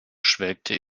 schwelgte